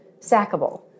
sackable